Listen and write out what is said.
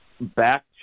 back